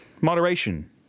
moderation